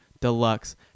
Deluxe